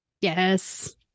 Yes